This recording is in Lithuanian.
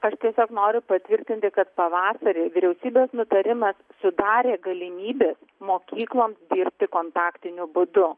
aš tiesiog noriu patvirtinti kad pavasarį vyriausybės nutarimas sudarė galimybes mokykloms dirbti kontaktiniu būdu